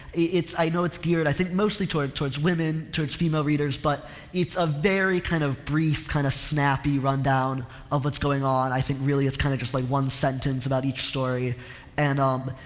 it's, i know it's geared i think mostly toward, towards women, towards female readers but it's a very kind of brief kind of snappy rundown of what's going on. i think really its kind of like just like one sentence about each story and um,